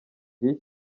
njyewe